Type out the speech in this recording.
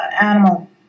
animal